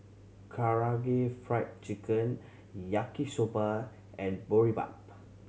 Karaage Fried Chicken Yaki Soba and Boribap